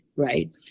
right